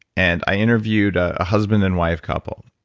and i interviewed a husband and wife couple.